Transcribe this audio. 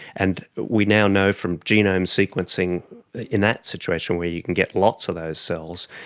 and we now know from genome sequencing in that situation where you can get lots of those cells,